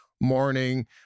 morning